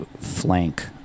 flank